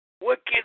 Wicked